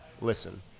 listen